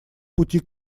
пути